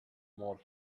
more